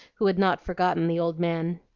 who had not forgotten the old man.